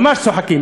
ממש צוחקים.